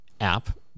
app